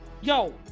Yo